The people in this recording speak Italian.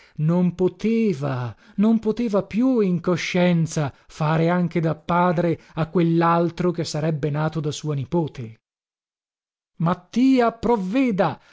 non poteva non poteva più in coscienza fare anche da padre a quellaltro che sarebbe nato da sua nipote mattia provveda